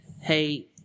Hey